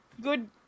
good